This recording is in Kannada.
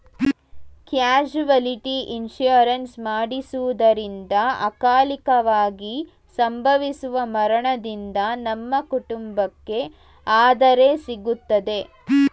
ಕ್ಯಾಸುವಲಿಟಿ ಇನ್ಸೂರೆನ್ಸ್ ಮಾಡಿಸುವುದರಿಂದ ಅಕಾಲಿಕವಾಗಿ ಸಂಭವಿಸುವ ಮರಣದಿಂದ ನಮ್ಮ ಕುಟುಂಬಕ್ಕೆ ಆದರೆ ಸಿಗುತ್ತದೆ